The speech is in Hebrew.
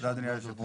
תודה אדוני היו"ר.